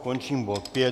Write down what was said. Končím bod 5.